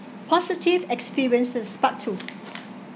positive experiences part two